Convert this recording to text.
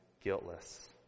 guiltless